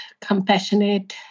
compassionate